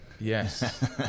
yes